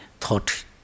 thought